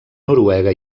noruega